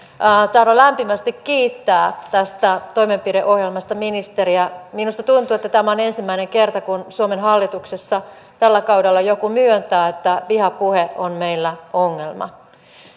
tahdon lämpimästi kiittää tästä toimenpideohjelmasta ministeriä minusta tuntuu että tämä on ensimmäinen kerta kun suomen hallituksessa tällä kaudella joku myöntää että vihapuhe on meillä ongelma